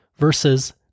versus